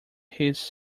his